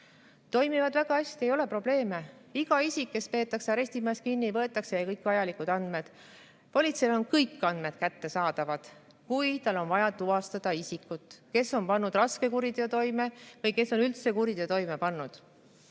toiminud väga hästi, ei ole probleeme. Igalt isikult, kes peetakse arestimajas kinni, võetakse kõik vajalikud andmed. Politseile on kõik andmed kättesaadavad, kui on vaja tuvastada isikut, kes on pannud toime raske kuriteo või kes on üldse kuriteo toime pannud.